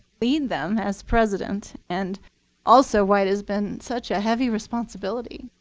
lead them as president, and also why it has been such a heavy responsibility